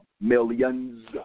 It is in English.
millions